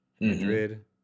Madrid